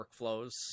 workflows